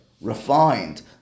refined